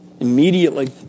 Immediately